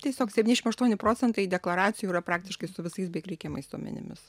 tiesiog septyniašim aštuoni procentai deklaracijų yra praktiškai su visais beveik reikiamais duomenimis